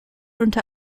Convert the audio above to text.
unter